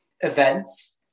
events